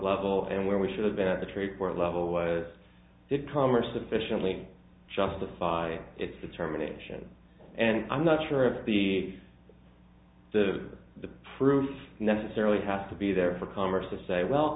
level and where we should have been at the trade court level was that commerce sufficiently justify its determination and i'm not sure if the the proof necessarily has to be there for congress to say well